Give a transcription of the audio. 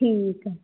ਠੀਕ ਆ